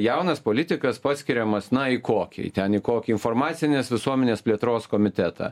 jaunas politikas paskiriamas na į kokį ten į kokį informacinės visuomenės plėtros komitetą